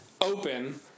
open